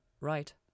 right